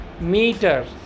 meters